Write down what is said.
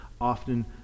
often